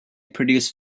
produce